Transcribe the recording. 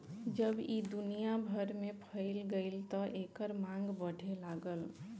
जब ई दुनिया भर में फइल गईल त एकर मांग बढ़े लागल